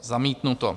Zamítnuto.